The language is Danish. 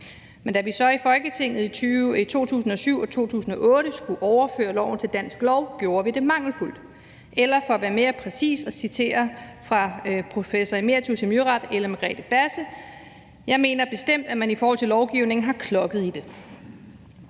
Men da vi så i Folketinget i 2007 og 2008 skulle overføre loven til dansk lov, gjorde vi det mangelfuldt. For at være mere præcis vil jeg citere professor emeritus i miljøret Ellen Margrethe Basse: »Jeg mener bestemt, at man i forhold til lovgivningen har klokket i det«.